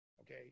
okay